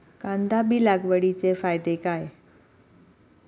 कांदा बी लागवडीचे फायदे काय?